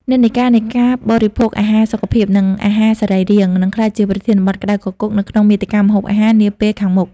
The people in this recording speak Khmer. និន្នាការនៃការបរិភោគអាហារសុខភាព និងអាហារសរីរាង្គ នឹងក្លាយជាប្រធានបទក្តៅគគុកនៅក្នុងមាតិកាម្ហូបអាហារនាពេលខាងមុខ។